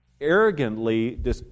arrogantly